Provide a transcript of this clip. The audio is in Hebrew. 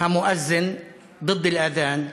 המואזין (אומר בערבית: נגד הקריאה לתפילה,)